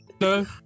No